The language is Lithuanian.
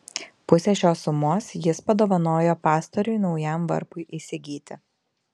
pusę šios sumos jis padovanojo pastoriui naujam varpui įsigyti